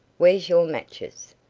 where's your matches?